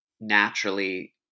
naturally